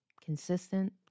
consistent